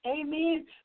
Amen